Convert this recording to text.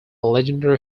legendary